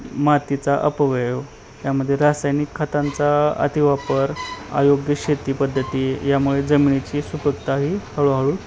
मातीचा अपव्यय यामध्ये रासायनिक खतांचा अति वापर अयोग्य शेती पद्धती यामुळे जमिनीची सुपीकता ही हळूहळू